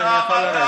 אני יכול לרדת.